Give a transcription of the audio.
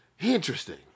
Interesting